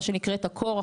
מה שנקראת 'הקור',